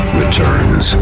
returns